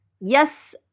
Yes